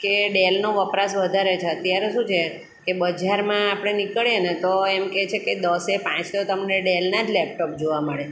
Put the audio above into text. કે ડેલનો વપરાશ વધારે છે અત્યારે શું છે કે બજારમાં આપણે નીકળીએ ને તો એમ કહે છે દસે પાંચ તો તમને ડેલનાં જ લેપટોપ જોવા મળે